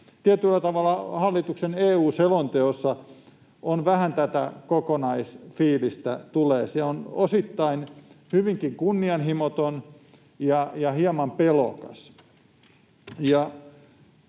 Tietyllä tavalla hallituksen EU-selonteossa vähän tätä kokonaisfiilistä tulee. Se on osittain hyvinkin kunnianhimoton ja hieman pelokas.